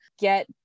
get